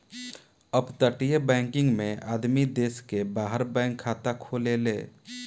अपतटीय बैकिंग में आदमी देश के बाहर बैंक खाता खोलेले